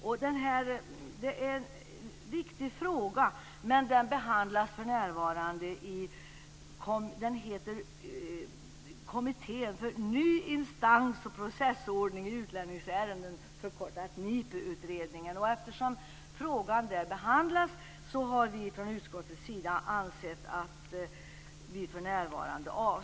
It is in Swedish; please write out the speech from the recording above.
Det här är en viktig fråga, men den behandlas för närvarande i Kommittén för ny instans och processordning i utlänningsärenden, förkortat NIPU. Eftersom frågan behandlas där har vi från utskottets sida avstyrkt förslaget.